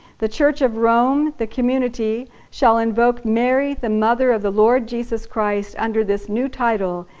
the church of rome, the community, shall invoke mary, the mother of the lord jesus christ, under this new title,